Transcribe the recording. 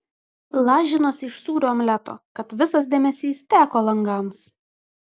lažinuosi iš sūrio omleto kad visas dėmesys teko langams